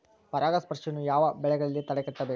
ಪರಾಗಸ್ಪರ್ಶವನ್ನು ಯಾವ ಬೆಳೆಗಳಲ್ಲಿ ತಡೆಗಟ್ಟಬೇಕು?